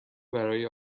برای